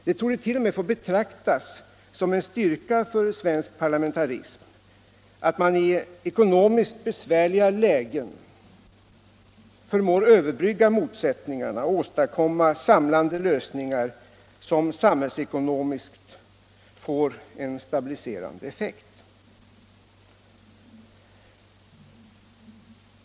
Det torde t.o.m. få betraktas som en styrka för svensk parlamentarism att man i ekonomiskt besvärliga lägen förmår överbrygga motsättningar och åstadkomma samlande lösningar, som samhällsekonomiskt måste få en stabiliserande effekt.